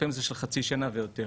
לפעמים זה של חצי שנה ויותר,